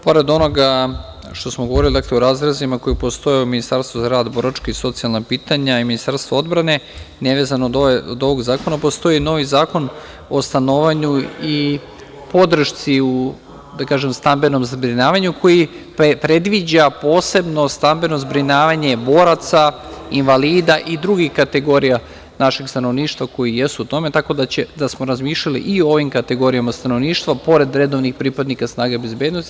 Pored onoga što smo govorili, dakle o razrezima koji postoje u Ministarstvu za rad, boračka i socijalna pitanja i u Ministarstvu odbrane, ne vezano od ovog zakona, postoji novi zakon o stanovanju i podršci u stambenom zbrinjavanju koji predviđa posebno stambeno zbrinjavanje boraca, invalida i drugih kategorija našeg stanovništva koji jesu u tome, tako da smo razmišljali i o ovim kategorijama stanovništva, pored redovnih pripadnika snaga bezbednosti.